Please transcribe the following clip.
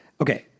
okay